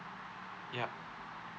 yup